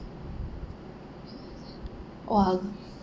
!wah!